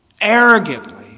arrogantly